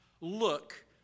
look